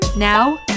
Now